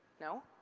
no